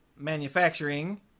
manufacturing